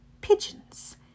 pigeons